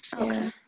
Okay